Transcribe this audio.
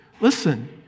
Listen